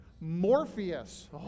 Morpheus